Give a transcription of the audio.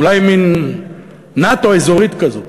אולי מין נאט"ו אזורית כזאת.